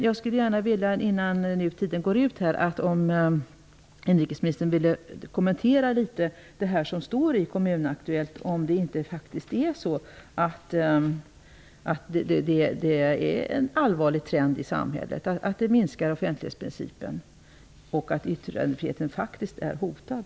Jag skulle gärna vilja att civilministern kommenterade det som står i Kommunaktuellt. Är det inte så, att urholkningen av offentlighetsprincipen är en allvarlig trend i samhället och att yttrandefriheten faktiskt är hotad?